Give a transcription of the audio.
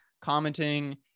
commenting